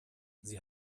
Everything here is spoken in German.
sie